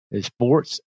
Sports